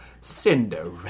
Cinderella